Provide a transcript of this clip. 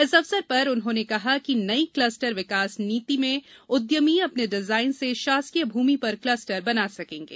इस अवसर पर उन्होंने कहा कि नई क्लस्टर विकास नीति में उद्यमी अपने डिजाइन से शासकीय भूमि पर क्लस्टर बना सकेंगे